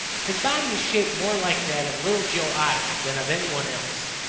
his body is shaped more like that of little joe otter than of any one else,